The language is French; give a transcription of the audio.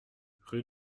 rue